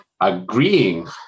agreeing